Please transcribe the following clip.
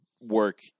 work